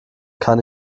kann